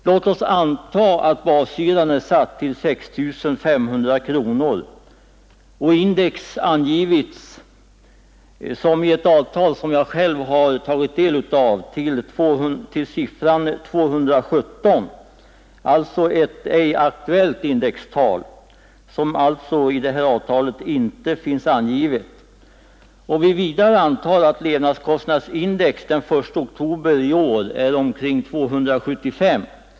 Låt oss anta att bashyran är satt till 6 500 kronor och att index angetts, som i ett avtal som jag själv har tagit del av, till siffran 217, alltså ett ej aktuellt indextal, vilket i det här avtalet inte fanns angivet. Vi kan vidare anta att levnadskostnadsindex den 1 oktober i år är omkring 275.